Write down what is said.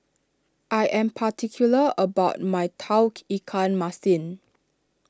I am particular about my Tauge Ikan Masin